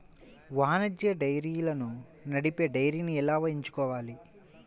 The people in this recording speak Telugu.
వాణిజ్య డైరీలను నడిపే డైరీని ఎలా ఎంచుకోవాలి?